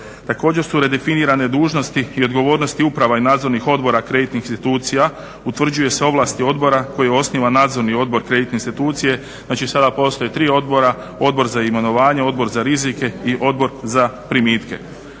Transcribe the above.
Također su redefinirane dužnosti i odgovornosti uprava i nadzornih odbora kreditnih institucija, utvrđuje se ovlasti odbora koji osniva nadzorni odbor kreditne institucije. Znači sada postoje tri odbora, odbor za imenovanje, odbor za rizike i odbor za primitke.